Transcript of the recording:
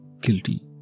guilty